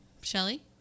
Shelly